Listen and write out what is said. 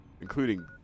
including